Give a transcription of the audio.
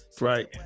Right